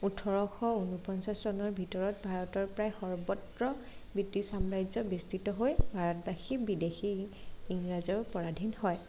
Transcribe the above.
ওঠৰশ উনপঞ্চাছ চনৰ ভিতৰত ভাৰতৰ প্ৰায় সৰ্বত্ৰ ব্ৰিটিছ সাম্ৰাজ্য বৃষ্টিত হৈ ভাৰতবাসী বিদেশী ইংৰাজৰ পৰাধীন হয়